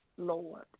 Lord